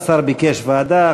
השר ביקש ועדה.